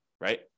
right